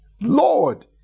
Lord